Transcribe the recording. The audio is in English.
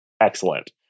Excellent